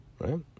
Right